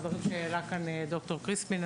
דברים שהעלה כאן ד"ר קריספין,